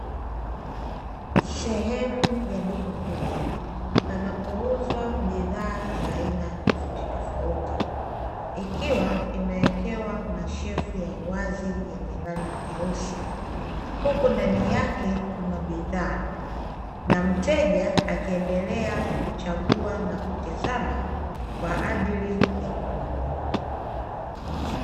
Sehemu ya duka kubwa panapo uzwa bidhaa za aina tofauti tofauti, ikiwa imewekewa mashelfu ya wazi yenye rangi nyeusi, huku ndani yake kuna bidhaa na mteja akiendelea kuchagua na kutizama kwa ajili ya kununua.